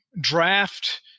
draft